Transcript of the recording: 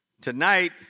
Tonight